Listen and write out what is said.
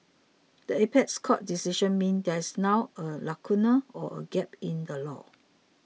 the apex court's decision means there is now a lacuna or a gap in the law